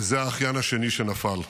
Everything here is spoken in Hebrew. וזה האחיין השני שנפל.